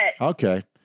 Okay